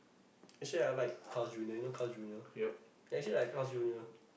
actually I like Carls-Junior you know Carls-Junior ya actually I like Carls-Junior